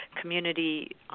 community